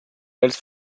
rels